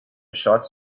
shots